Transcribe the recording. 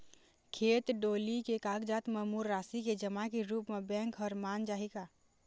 खेत डोली के कागजात म मोर राशि के जमा के रूप म बैंक हर मान जाही का?